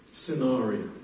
scenario